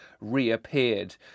reappeared